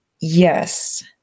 Yes